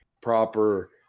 proper